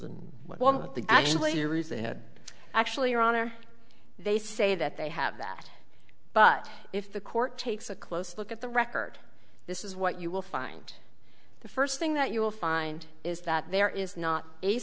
and one of the actually reads they had actually your honor they say that they have that but if the court takes a close look at the record this is what you will find the first thing that you will find is that there is not a